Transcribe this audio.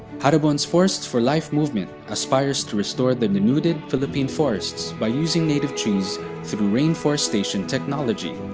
haribon's forests for life movement aspires to restore the denuded philippine forests by using native trees through rainforestation technology.